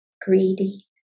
greedy